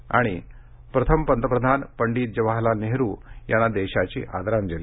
आणि प्रथम पंतप्रधान पंडित जवाहरलाल नेहरूंना देशाची आदरांजली